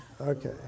Okay